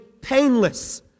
painless